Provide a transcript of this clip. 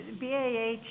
BAH